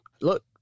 look